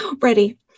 ready